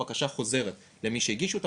הבקשה חוזרת למי שהגיש אותה,